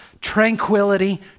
tranquility